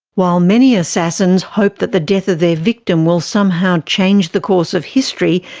while many assassins hope that the death of their victim will somehow change the course of history,